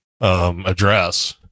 address